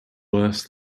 worse